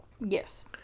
Yes